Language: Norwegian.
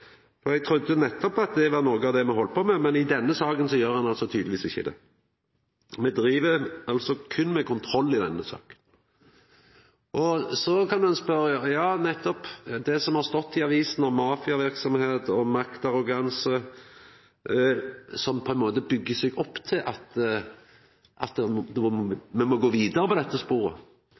eg trudde nettopp at det var noko av det me heldt på med. Men i denne saka gjer me tydelegvis ikkje det. Me driv berre med kontroll i denne saka. Så kan ein spørja om det som har stått i avisene om mafiaverksemd og maktarroganse, på ein måte byggjer opp mot at me må gå vidare på dette sporet. Eg ville jo tru at